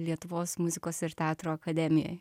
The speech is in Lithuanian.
lietuvos muzikos ir teatro akademijai